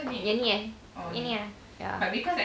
yang ni eh yang ni ah ya